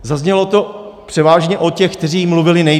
Zaznělo to převážně od těch, kteří mluvili nejdéle.